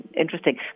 interesting